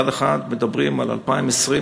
מצד אחד מדברים על 2020,